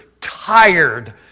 tired